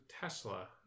tesla